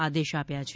આદેશ આપ્યા છે